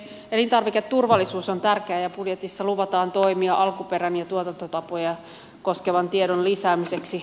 elintarviketurvallisuus on tärkeää ja budjetissa luvataan toimia alkuperää ja tuotantotapoja koskevan tiedon lisäämiseksi